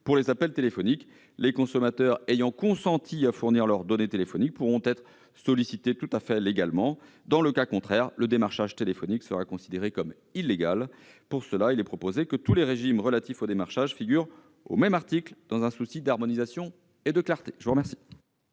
pour les appels téléphoniques ? Les consommateurs ayant consenti à fournir leurs données téléphoniques pourront être sollicités tout à fait légalement ; dans le cas contraire, le démarchage téléphonique sera considéré comme illégal. Dans cette perspective, il est proposé que tous les régimes relatifs au démarchage figurent au même article, dans un souci d'harmonisation et de clarté. L'amendement